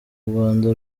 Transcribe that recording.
rwanda